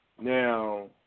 Now